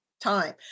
time